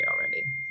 already